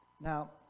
Now